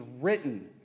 written